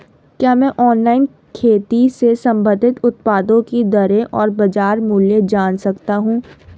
क्या मैं ऑनलाइन खेती से संबंधित उत्पादों की दरें और बाज़ार मूल्य जान सकता हूँ?